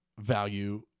value